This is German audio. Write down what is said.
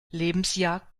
lebensjahr